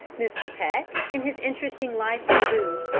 mr. peck, in his interesting life of boone,